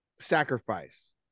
sacrifice